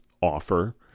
offer